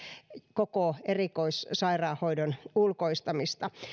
koko erikoissairaanhoidon ulkoistamista